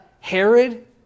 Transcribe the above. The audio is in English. Herod